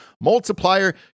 multiplier